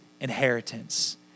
inheritance